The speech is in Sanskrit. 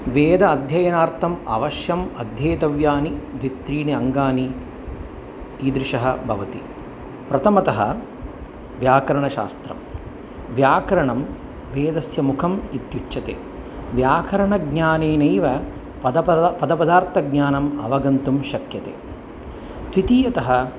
वेद अध्ययनार्थम् आवश्यम् अध्येतव्यानि द्वित्रीणि अङ्गानि ईदृशः भवन्ति प्रथमतः व्याकरणशास्त्रं व्याकरणं वेदस्य मुखम् इत्युच्यते व्याकरणज्ञानेनैव पदपद पदपदार्थज्ञानम् अवगन्तुं शक्यते द्वितीयतः